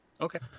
Okay